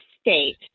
state